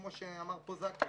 כמו שאמר פה זכאי,